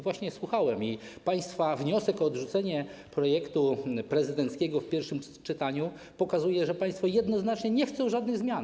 Właśnie słuchałem i państwa wniosek o odrzucenie projektu prezydenckiego w pierwszym czytaniu pokazuje, że państwo jednoznacznie nie chcą żadnych zmian.